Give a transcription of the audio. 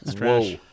Whoa